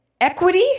equity